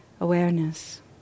awareness